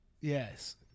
Yes